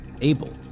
Abel